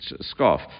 scarf